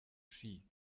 ski